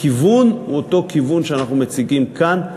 הכיוון הוא אותו כיוון שאנחנו מציגים כאן,